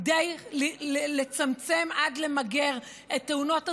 כדי לצמצם עד למגר את תאונות הדרכים,